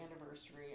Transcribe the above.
anniversary